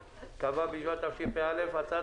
אני מתכבד לפתוח את ישיבת הכלכלה של הכנסת בנושא הצעת